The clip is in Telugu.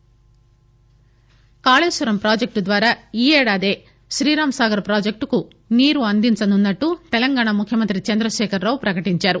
కాళేశ్వరం కాళేశ్వరం ప్రాజెక్టు ద్వారా ఈ ఏడాదే శ్రీరాం సాగర్ ప్రాజెక్టుకు నీరు అందించనున్నట్లు తెలంగాణ ముఖ్యమంత్రి చంద్రశేఖరరావు ప్రకటించారు